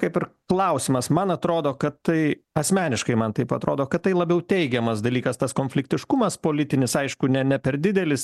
kaip ir klausimas man atrodo kad tai asmeniškai man taip atrodo kad tai labiau teigiamas dalykas tas konfliktiškumas politinis aišku ne ne per didelis